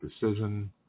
decision